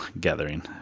gathering